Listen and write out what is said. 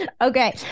okay